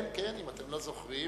כן, אם אתם לא זוכרים,